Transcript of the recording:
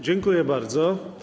Dziękuję bardzo.